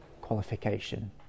qualification